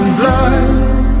blood